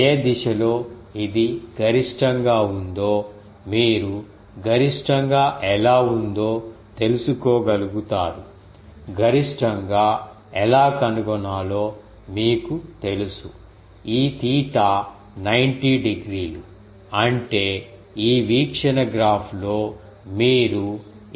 ఏ దిశలో ఇది గరిష్టంగా ఉందో మీరు గరిష్టంగా ఎలా ఉందో తెలుసుకోగలుగుతారు గరిష్టంగా ఎలా కనుగొనాలో మీకు తెలుసు ఈ తీటా 90 డిగ్రీలు అంటే ఈ వీక్షణ గ్రాఫ్లో మీరు ఇక్కడ చూసిన తీటా ఏమిటి